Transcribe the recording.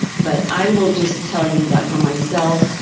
but i will just tell you that, for myself,